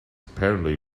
apparently